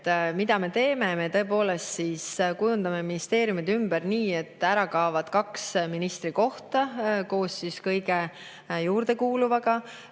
Mida me teeme? Me tõepoolest kujundame ministeeriumid ümber nii, et ära kaovad kaks ministrikohta koos kõige juurdekuuluvaga.